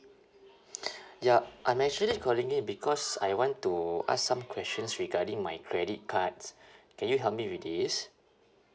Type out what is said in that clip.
ya I'm actually calling in because I want to ask some questions regarding my credit cards can you help me with this